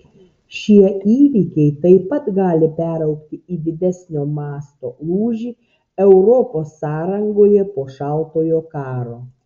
šie įvykiai taip pat gali peraugti į didesnio masto lūžį europos sąrangoje po šaltojo karo